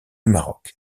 maroc